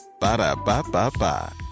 Ba-da-ba-ba-ba